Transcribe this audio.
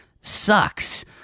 Sucks